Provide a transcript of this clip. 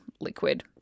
liquid